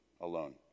alone